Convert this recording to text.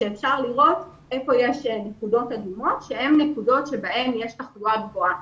אפשר לראות איפה יש נקודות אדומות שהן נקודות בהן יש תחלואה גבוהה.